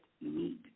need